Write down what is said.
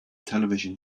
television